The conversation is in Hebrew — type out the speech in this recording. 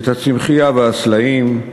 את הצמחייה והסלעים.